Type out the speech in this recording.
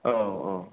औ औ